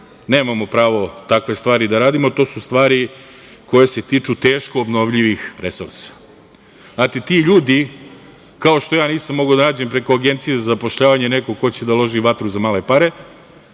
pravo da takve stvari radimo. To su stvari koje se tiču teško obnovljivih resursa. Znate, ti ljudi, kao što ja nisam mogao da nađem preko Agencije za zapošljavanje nekog ko će da loži vatru za male pare,